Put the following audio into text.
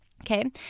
Okay